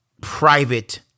private